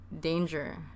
danger